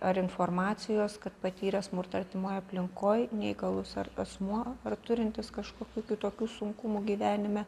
ar informacijos kad patyrė smurtą artimoj aplinkoj neįgalus asmuo ar turintis kažkokių kitokių sunkumų gyvenime